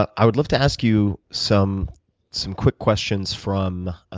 i would love to ask you some some quick questions from